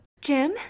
Jim